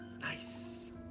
Nice